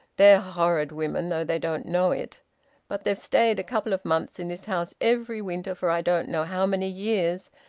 they're horrid women, though they don't know it but they've stayed a couple of months in this house every winter for i don't know how many years,